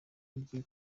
igihe